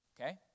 Okay